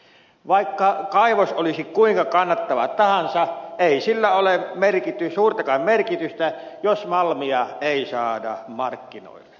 vaikka kaivos olisi kuinka kannattava tahansa ei sillä ole suurtakaan merkitystä jos malmia ei saada markkinoille